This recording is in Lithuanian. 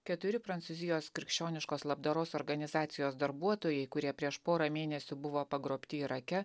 keturi prancūzijos krikščioniškos labdaros organizacijos darbuotojai kurie prieš porą mėnesių buvo pagrobti irake